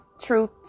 truth